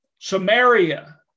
Samaria